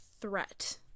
threat